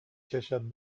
کشد